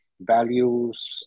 values